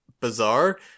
bizarre